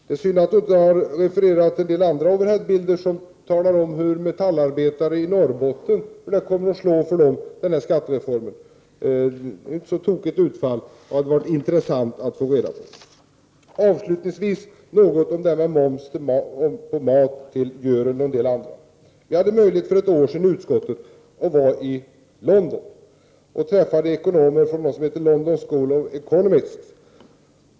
Det är synd att hon inte har refererat en del av de andra bilderna, som visar hur skattereformen kommer att slå för metallarbetare i Norrbotten. Det är inte ett så tokigt utfall. Det hade varit intressant att få reda på detta. Apropå moms på maten vill jag vända mig till Görel Thurdin och en del andra. Utskottet hade för ett år sedan möjlighet att vara i London. Vi träffade ekonomer från London School of Economy.